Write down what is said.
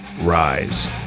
Rise